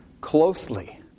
closely